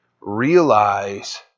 realize